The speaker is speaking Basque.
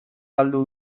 galdu